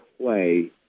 play